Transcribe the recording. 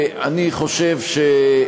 ההיסטוריה תשפוט אתכם.